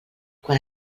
quan